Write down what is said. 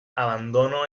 abandono